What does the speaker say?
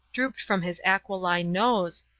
drooped from his aquiline nose,